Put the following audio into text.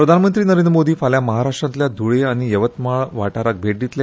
प्रधानमंत्री नरेंद्र मोदी फाल्या महाराश्ट्रातल्या ध्ळे आनी यवतमाळ वाठाराक भेट दितले